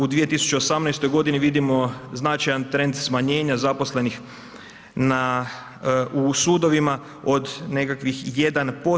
U 2018. godini vidimo značajan trend smanjenja zaposlenih u sudovima od nekakvih 1%